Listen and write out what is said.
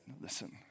listen